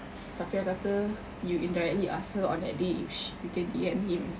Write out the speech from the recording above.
you indirectly asked her on that day if she you can D_M him